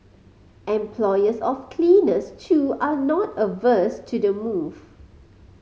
employers of cleaners too are not averse to the move